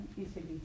easily